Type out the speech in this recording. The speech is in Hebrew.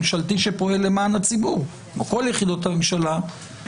שפועל למען הציבור כמו כל יחידות הממשלה,